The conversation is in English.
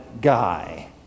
guy